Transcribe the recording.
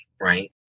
Right